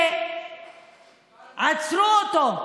שעצרו אותו,